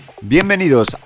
Bienvenidos